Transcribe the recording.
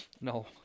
No